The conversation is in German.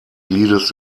liedes